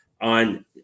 on –